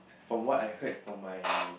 from what I heard from my